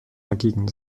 dagegen